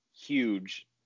huge